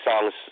songs